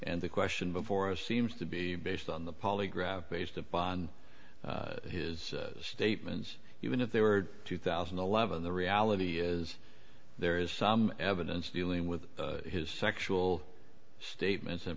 and the question before us seems to be based on the polygraph based upon his statements even if they were two thousand and eleven the reality is there is evidence dealing with his sexual statements and